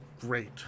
great